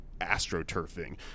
astroturfing